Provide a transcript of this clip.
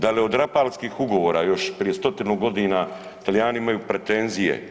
Dal je od rapalskih ugovora još prije stotinu godina Talijani imaju pretenzije?